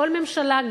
בכל ממשלה,